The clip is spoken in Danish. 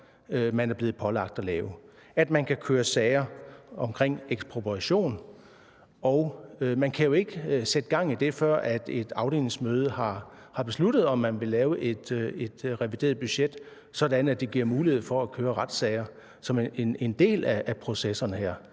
man er blevet pålagt at lave, tilbage. Altså at man kan køre sager omkring ekspropriation. Man kan jo ikke sætte gang i det, før et afdelingsmøde har besluttet, om man vil lave et revideret budget, sådan at det giver mulighed for at køre retssager, som er en del af processerne her.